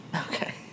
Okay